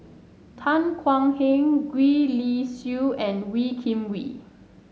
Tan Thuan Heng Gwee Li Sui and Wee Kim Wee